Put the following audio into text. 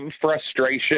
frustration